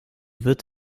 wird